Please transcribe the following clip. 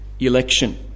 Election